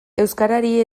euskarari